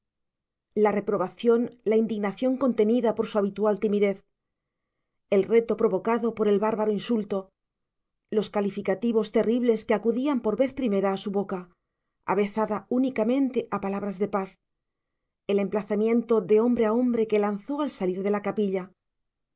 la reprobación la indignación contenida por su habitual timidez el reto provocado por el bárbaro insulto los calificativos terribles que acudían por vez primera a su boca avezada únicamente a palabras de paz el emplazamiento de hombre a hombre que lanzó al salir de la capilla